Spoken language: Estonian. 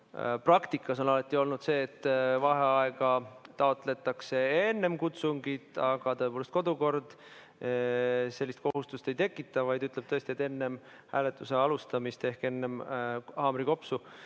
praktikas on alati olnud nii, et vaheaega taotletakse enne kutsungit. Aga kodukord sellist kohustust ei tekita, vaid ütleb tõesti, et enne hääletuse alustamist ehk enne haamrikopsu.